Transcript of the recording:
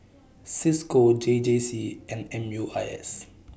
CISCO J J C and M U I S